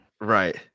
right